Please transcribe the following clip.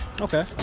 Okay